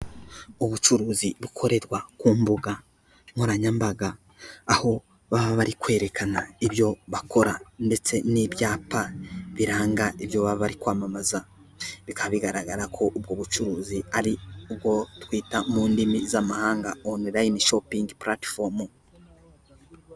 Ubucuruzi bukorerwa ku mbuga nkoranyambaga, aho baba bari kwerekana ibyo bakora ndetse n'ibyapa biranga ibyo baba bari kwamamaza, bikaba bigaragara ko ubwo bucuruzi ari ubwo twita mu ndimi z'amahanga onulayini shopingi puratifomu.